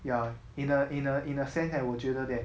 ya in a in a in a sense that 我觉得 that